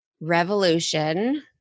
revolution